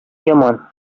яман